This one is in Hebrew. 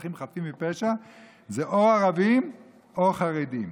אזרחים חפים מפשע זה או על ערבים או על חרדים.